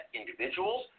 individuals